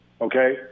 okay